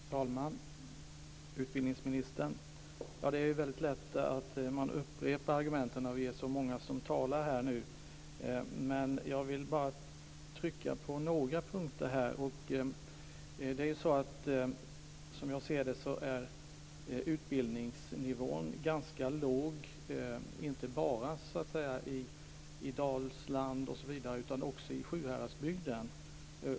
Fru talman! Utbildningsministern! Det är lätt att upprepa argumenten när det är så många talare. Jag vill bara peka på några punkter. Som jag ser det är utbildningsnivån ganska låg inte bara i Dalsland osv. utan också i Sjuhäradsbygden.